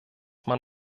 man